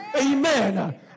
Amen